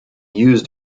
used